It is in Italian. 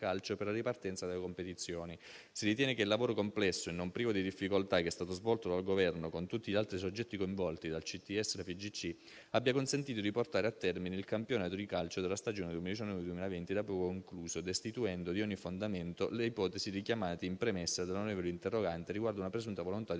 calcio per la ripartenza delle competizioni. Si ritiene che il lavoro complesso e non privo di difficoltà che è stato svolto dal Governo con tutti gli altri soggetti coinvolti dal CTS FIGC abbia consentito di portare a termine il campionato di calcio della stagione 2019-2020 da poco concluso, destituendo di ogni fondamento le ipotesi richiamate in premessa dall'onorevole l'interrogante riguardo una presunta volontà di